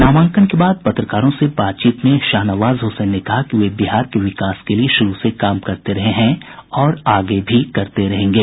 नामांकन के बाद पत्रकारों से बातचीत में शाहनवाज हुसैन ने कहा कि वे बिहार के विकास के लिये शुरू से काम करते रहे हैं और आगे भी करते रहेंगे